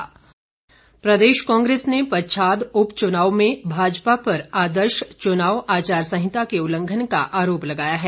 कुलदीप राठौर प्रदेश कांग्रेस ने पच्छाद उपचुनाव में भाजपा पर आदर्श चुनाव आचार संहिता के उल्लंघन का आरोप लगाया है